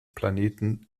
planeten